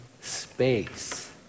space